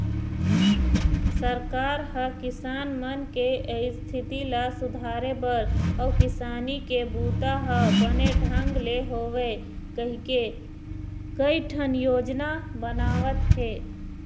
सरकार ह किसान मन के इस्थिति ल सुधारे बर अउ किसानी के बूता ह बने ढंग ले होवय कहिके कइठन योजना बनावत हे